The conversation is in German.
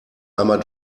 einmal